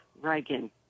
Reagan